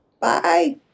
Bye